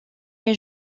est